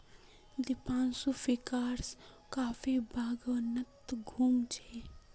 दीपांशु अफ्रीकार कॉफी बागानत घूम छ